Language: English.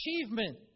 achievement